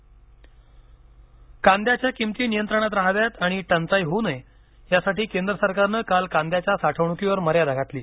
कांदा कांद्याच्या किमती नियंत्रणात रहाव्या आणि टंचाई होऊ नये यासाठी केंद्र सरकारनं काल कांद्याच्या साठवणुकीवर मर्यादा घातली